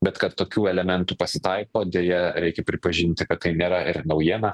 bet kad tokių elementų pasitaiko deja reikia pripažinti kad tai nėra ir naujiena